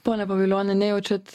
pone pavilioni nejaučiat